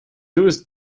louis